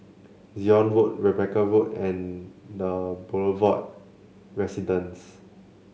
Zion Road Rebecca Road and The Boulevard Residence